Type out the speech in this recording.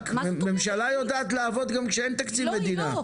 ממשלה יודעת לעבוד גם כשאין תקציב מדינה,